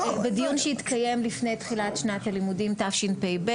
בדיון שהתקיים לפני תחילת שנת הלימודים תשפ"ב,